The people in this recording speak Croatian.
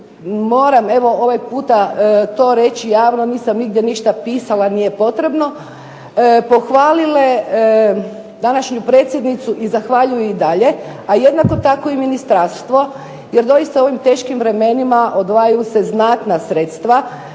moram evo ovaj puta to reći javno, nisam nigdje ništa pisala, nije potrebno, pohvalile današnju predsjednicu i zahvaljuju i dalje, a jednako tako i ministarstvo. Jer doista u ovim teškim vremenima odvajaju se znatna sredstva